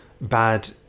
bad